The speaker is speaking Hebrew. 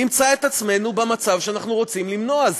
נמצא את עצמנו במצב שאנחנו רוצים למנוע.